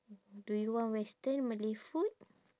do you want western malay food